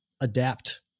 adapt